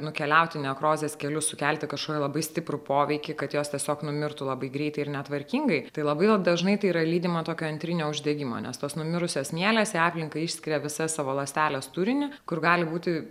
nukeliauti nekrozės keliu sukelti kažkokį labai stiprų poveikį kad jos tiesiog numirtų labai greitai ir netvarkingai tai labai lab dažnai tai yra lydima tokio antrinio uždegimo nes tos numirusios mielės į aplinką išskiria visą savo ląstelės turinį kur gali būti